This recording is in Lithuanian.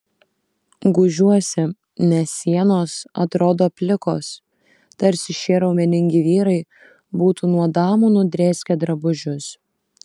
gūžiuosi nes sienos atrodo plikos tarsi šie raumeningi vyrai būtų nuo damų nudrėskę drabužius